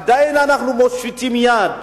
עדיין אנחנו מושיטים יד.